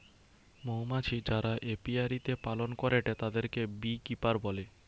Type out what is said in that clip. মৌমাছি যারা অপিয়ারীতে পালন করেটে তাদিরকে বী কিপার বলে